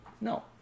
No